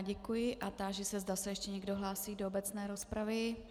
Děkuji a táži se, zda se ještě někdo hlásí do obecné rozpravy.